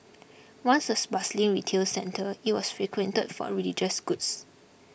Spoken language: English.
once a bustling retail centre it was frequented for religious goods